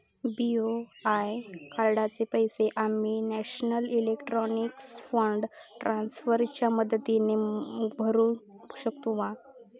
BOI कार्डाचे पैसे आम्ही नेशनल इलेक्ट्रॉनिक फंड ट्रान्स्फर च्या मदतीने भरुक शकतू मा?